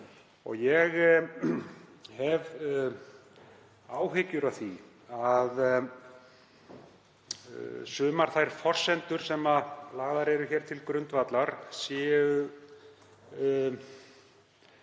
Ég hef áhyggjur af því að sumar þær forsendur sem lagðar eru hér til grundvallar séu